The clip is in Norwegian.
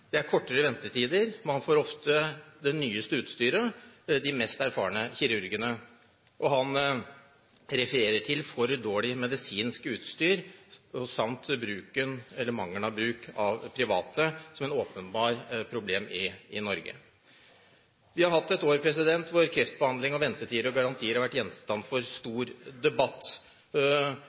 er kortere ventetider, man får ofte det nyeste utstyret, de mest erfarne kirurgene.» Han refererer til for dårlig medisinsk utstyr samt mangelen på bruk av private som et åpenbart problem i Norge. Vi har hatt et år da kreftbehandling, ventetider og garantier har vært gjenstand for stor debatt.